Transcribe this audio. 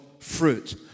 fruit